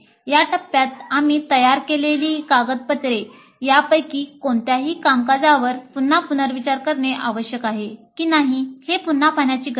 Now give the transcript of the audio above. या टप्प्यात आम्ही तयार केलेली कागदपत्रे यापैकी कोणत्याही कामकाजावर पुन्हा पुनर्विचार करणे आवश्यक आहे की नाही हे पुन्हा पाहण्याची गरज आहे